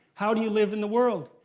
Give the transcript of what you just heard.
how do you live in the world?